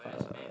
uh